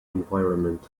environment